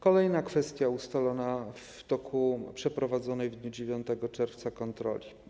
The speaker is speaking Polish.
Kolejna kwestia ustalona w toku przeprowadzonej w dniu 9 czerwca kontroli.